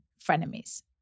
frenemies